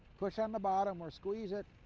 push on the bottom or squeeze it,